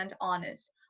honest